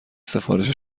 سفارش